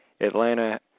Atlanta